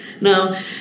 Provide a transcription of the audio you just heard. Now